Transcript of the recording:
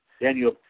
Daniel